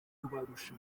kubarusha